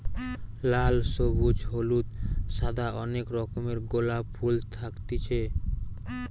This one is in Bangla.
লাল, সবুজ, হলুদ, সাদা অনেক রকমের গোলাপ ফুল থাকতিছে